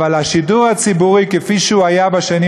אבל השידור הציבורי כפי שהוא היה בשנים